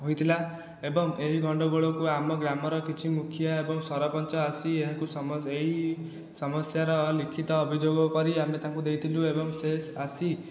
ହୋଇଥିଲା ଏବଂ ଏହି ଗଣ୍ଡଗୋଳକୁ ଆମ ଗ୍ରାମର କିଛି ମୁଖିଆ ଏବଂ ସରପଞ୍ଚ ଆସି ଏହାକୁ ଏହି ସମସ୍ୟାର ଲିଖିତ ଅଭିଯୋଗ କରି ଆମେ ତାଙ୍କୁ ଦେଇଥିଲୁ ଏବଂ ସେ ଆସି